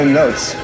notes